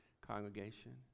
Congregation